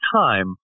time